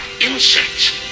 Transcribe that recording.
insects